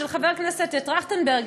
של חבר הכנסת טרכטנברג,